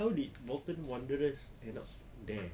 how did bolton wanderers end up there